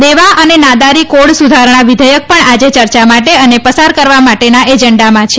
દેવા અને નાદારી કોડ સુધારણા વિધેયક પણ આજે ચર્ચા માટે અને પસાર કરવા માટેના એજન્ડામાં છે